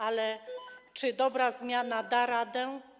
Ale czy dobra zmiana da radę?